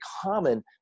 common